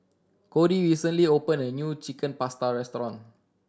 Codi recently opened a new Chicken Pasta restaurant